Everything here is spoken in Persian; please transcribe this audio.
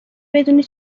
بدونی